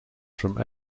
from